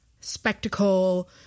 spectacle